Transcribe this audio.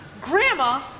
Grandma